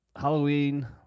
Halloween